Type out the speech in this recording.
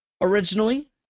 Originally